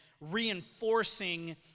reinforcing